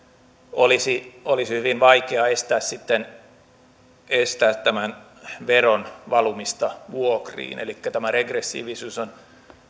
olisi olisi hyvin vaikeaa estää sitten tämän veron valumista vuokriin elikkä tämä regressiivisyys on